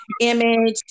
image